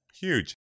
Huge